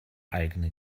eigene